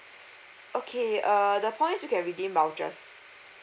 okay err the points you can redeem vouchers